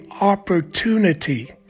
opportunity